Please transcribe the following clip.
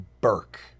Burke